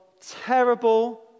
terrible